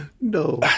no